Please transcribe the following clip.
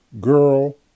Girl